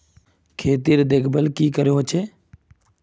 खेतीर देखभल की करे होचे?